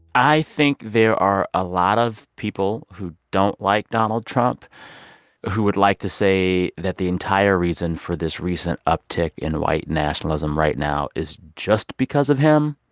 i think there are a lot of people who don't like donald trump who would like to say that the entire reason for this recent uptick in white nationalism right now is just because of him,